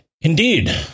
Indeed